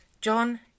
John